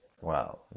Wow